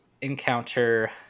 encounter